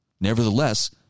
Nevertheless